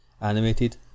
animated